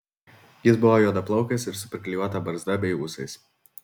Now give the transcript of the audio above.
jis buvo juodaplaukis ir su priklijuota barzda bei ūsais